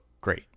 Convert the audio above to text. great